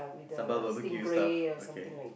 sambal barbeque stuff okay